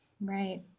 Right